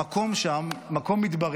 המקום שם מדברי,